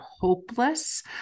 hopeless